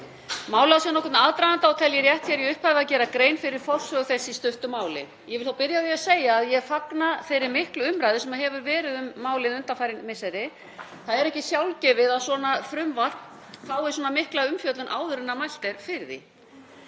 Málið á sér nokkurn aðdraganda og tel ég rétt hér í upphafi að gera grein fyrir forsögu þess í stuttu máli. Ég vil þó byrja á því að segja að ég fagna þeirri miklu umræðu sem hefur verið um málið undanfarin misseri. Það er ekki sjálfgefið að svona frumvarp fái svona mikla umfjöllun áður en mælt er fyrir því.